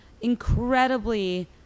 incredibly